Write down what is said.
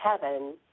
Heaven